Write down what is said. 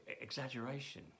Exaggeration